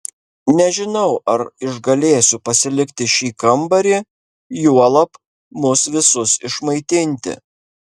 nežinau ar išgalėsiu pasilikti šį kambarį juolab mus visus išmaitinti